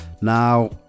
now